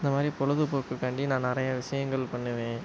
இந்த மாதிரி பொழுதுபோக்குக்காண்டி நான் நிறையா விஷயங்கள் பண்ணுவேன்